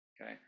okay